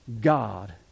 God